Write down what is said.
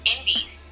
Indies